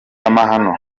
amahano